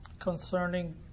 Concerning